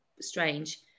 strange